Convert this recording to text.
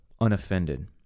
unoffended